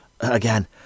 again